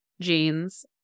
jeans